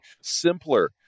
simpler